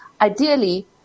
ideally